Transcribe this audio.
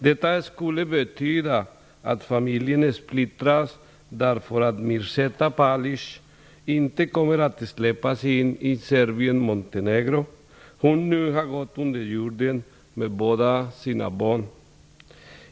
Detta skulle betyda att familjen splittrades, eftersom Mirzeta Palic inte kommer att släppas in i Serbien-Montenegro. Hon har nu gått under jorden med båda sina barn.